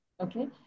Okay